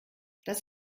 das